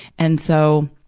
and so,